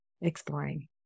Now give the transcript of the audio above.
exploring